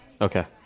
Okay